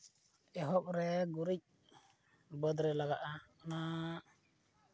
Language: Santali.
ᱮᱦᱚᱵ ᱨᱮ ᱜᱩᱨᱤᱡ ᱵᱟᱹᱫᱽ ᱨᱮ ᱞᱟᱜᱟᱜᱼᱟ